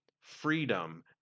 freedom